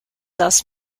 los